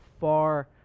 far